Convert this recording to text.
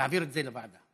להעביר את זה לוועדה.